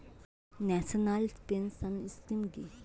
National pension scheme কি?